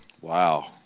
Wow